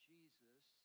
Jesus